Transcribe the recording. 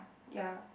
ya